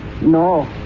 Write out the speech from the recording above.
no